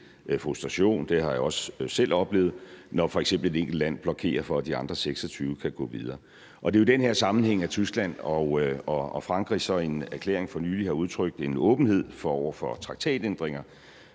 frustration. Det har jeg også selv oplevet, når f.eks. et enkelt land blokerer for, at de andre 26 kan gå videre. Og det er jo i den her sammenhæng, at Tyskland og Frankrig så i en erklæring for nylig har udtrykt en åbenhed over for traktatændringer